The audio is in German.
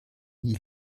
nie